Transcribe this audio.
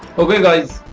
ok guys,